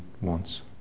wants